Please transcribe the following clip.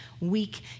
week